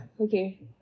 Okay